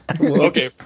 Okay